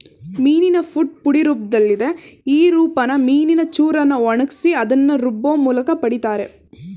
ಮೀನಿನ ಫುಡ್ ಪುಡಿ ರೂಪ್ದಲ್ಲಿದೆ ಈ ರೂಪನ ಮೀನಿನ ಚೂರನ್ನ ಒಣಗ್ಸಿ ಅದ್ನ ರುಬ್ಬೋಮೂಲ್ಕ ಪಡಿತಾರೆ